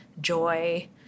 joy